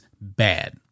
bad